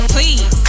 Please